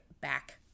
back